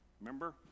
Remember